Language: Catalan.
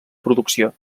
producció